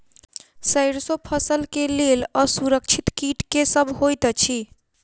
सैरसो फसल केँ लेल असुरक्षित कीट केँ सब होइत अछि?